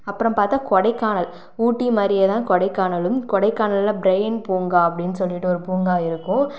அப்புறம் பார்த்தா கொடைக்கானல் ஊட்டி மாதிரியே தான் கொடைக்கானலும் கொடைக்கானலில் பிரைன் பூங்கா அப்படின்னு சொல்லிவிட்டு ஒரு பூங்கா இருக்கும்